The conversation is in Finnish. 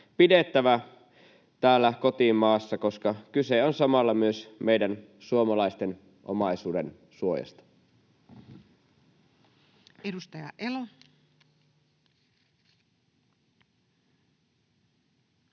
pidettävä täällä kotimaassa, koska kyse on samalla myös meidän suomalaisten omaisuudensuojasta. Edustaja Elo.